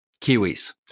kiwis